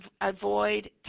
avoid